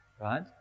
Right